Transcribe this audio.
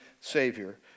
Savior